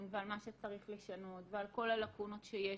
ועל מה שצריך לשנות ועל כל הלקונות שיש